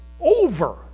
over